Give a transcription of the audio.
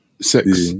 Six